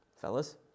Fellas